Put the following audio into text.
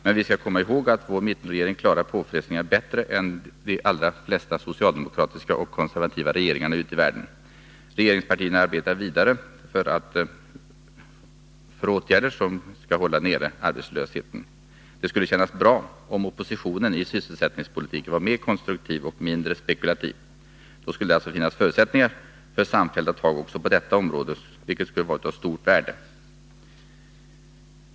Men vi skall komma ihåg att vår mittenregering klarar påfrestningarna bättre än de allra flesta socialdemokratiska och konservativa regeringar ute i världen. Regeringspartierna arbetar vidare med åtgärder för att hålla nere arbetslösheten. Det skulle kännas bra om oppositionen var mer konstruktiv och mindre spekulativ i sysselsättningspolitiken. Då skulle det finnas förutsättningar för samfällda tag också på detta område, vilket vore av stort värde.